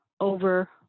over